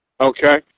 okay